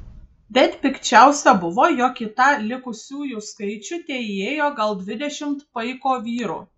bet pikčiausia buvo jog į tą likusiųjų skaičių teįėjo gal dvidešimt paiko vyrų